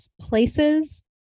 places